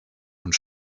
und